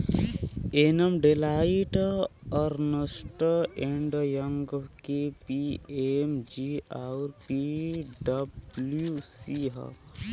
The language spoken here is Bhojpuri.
एमन Deloitte, Ernst and Young, KPMG आउर पी.डब्ल्यू.सी हौ